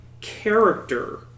character